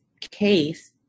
case